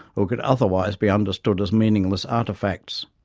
or could otherwise be understood as meaningless artefacts.